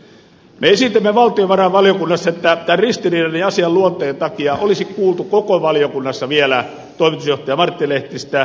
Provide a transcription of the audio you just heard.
me esitimme valtiovarainvaliokunnassa että tämän ristiriidan ja asian luonteen takia olisi kuultu koko valiokunnassa vielä toimitusjohtaja martti lehtistä